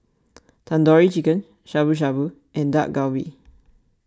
Tandoori Chicken Shabu Shabu and Dak Galbi